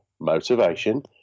motivation